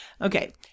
Okay